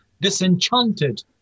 disenchanted